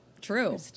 true